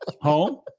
home